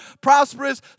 prosperous